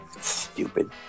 Stupid